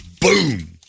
boom